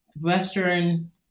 Western